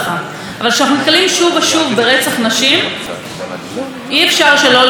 שלא לראות שעדיין יש פה א-סימטריה בסיסית.